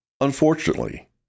Unfortunately